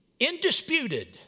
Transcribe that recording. indisputed